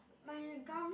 my gum